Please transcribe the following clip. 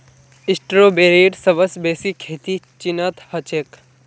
स्ट्रॉबेरीर सबस बेसी खेती चीनत ह छेक